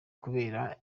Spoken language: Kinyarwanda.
kubera